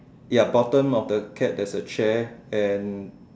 ya bottom of the cat there's a chair and